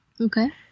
Okay